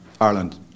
ireland